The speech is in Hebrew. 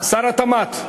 שר התמ"ת.